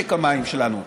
משק המים שלנו,